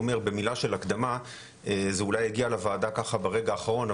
כהקדמה אני אגיד שאולי זה הגיע לוועדה ברגע האחרון,